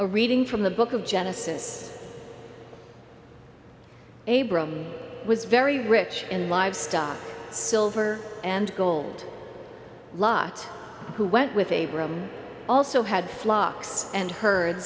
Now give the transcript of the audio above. a reading from the book of genesis abrams was very rich in livestock silver and gold lot who went with a broom also had flocks and herd